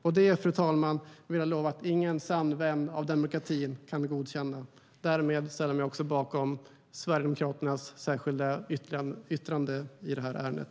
Och det, fru talman, vill jag lova att ingen sann vän av demokratin kan godkänna. Därmed ställer jag mig bakom Sverigedemokraternas särskilda yttrande i ärendet.